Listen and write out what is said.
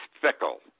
fickle